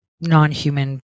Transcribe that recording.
non-human